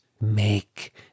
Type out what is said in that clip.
Make